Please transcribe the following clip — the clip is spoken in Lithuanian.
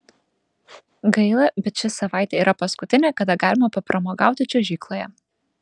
gaila bet ši savaitė yra paskutinė kada galima papramogauti čiuožykloje